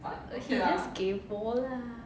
he just kaypoh lah